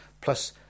plus